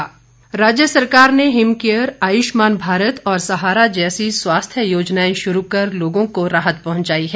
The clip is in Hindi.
सैजल राज्य सरकार ने हिमकेयर आयुष्मान भारत और सहारा जैसी स्वास्थ्य योजनाएं शुरू कर लोगों को राहत पहुंचाई है